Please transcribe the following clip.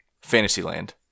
Fantasyland